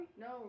No